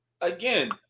again